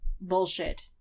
bullshit